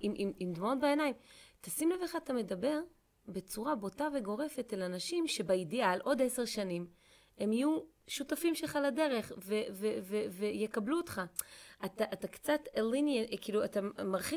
עם דמעות בעיניים. תשים לב איך אתה מדבר בצורה בוטה וגורפת אל אנשים שבאידיאל עוד עשר שנים הם יהיו שותפים שלך לדרך ויקבלו אותך. אתה קצת... כאילו, אתה מרחיק...